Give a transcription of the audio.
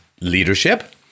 leadership